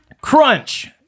crunch